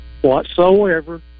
whatsoever